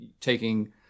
taking